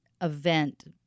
event